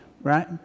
right